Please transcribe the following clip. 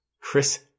Chris